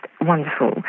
wonderful